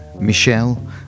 Michelle